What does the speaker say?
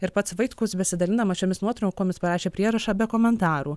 ir pats vaitkus besidalindamas šiomis nuotraukomis parašė prierašą be komentarų